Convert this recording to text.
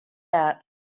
that